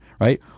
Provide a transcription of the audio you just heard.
right